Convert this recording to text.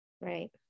Right